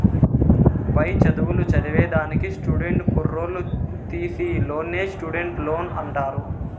పై చదువులు చదివేదానికి స్టూడెంట్ కుర్రోల్లు తీసీ లోన్నే స్టూడెంట్ లోన్ అంటారు